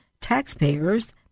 taxpayers